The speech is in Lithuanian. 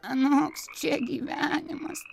anoks čia gyvenimas